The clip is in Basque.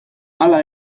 hala